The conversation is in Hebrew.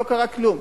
לא קרה כלום.